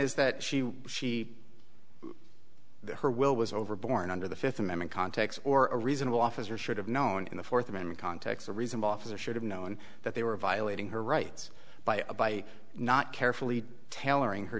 is that she she the her will was over born under the fifth amendment context or a reasonable officer should have known in the fourth amendment context a reasonable officer should have known that they were violating her rights by a by not carefully tailoring her